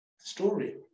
story